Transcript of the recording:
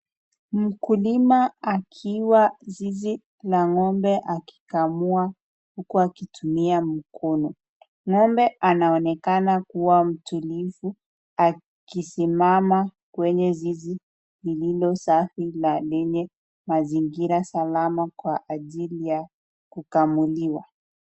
Mkulima akiwa zizi la ng'ombe akikamua, huku akitumia mkono, ng'ombe anaonekana kuwa mtulivu, akisimama kwenye zizi lililo safi na lenye mazingira salama kwa ajili ya kukamuliwa